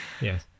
Yes